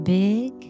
big